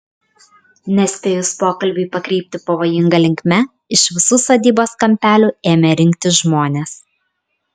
nespėjus pokalbiui pakrypti pavojinga linkme iš visų sodybos kampelių ėmė rinktis žmonės